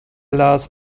lars